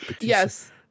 Yes